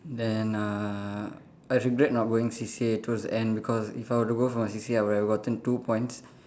then uh I regret not going C_C_A towards the end because if I were to go for my C_C_A I would have gotten two points